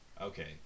Okay